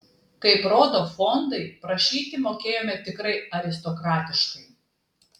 kaip rodo fondai prašyti mokėjome tikrai aristokratiškai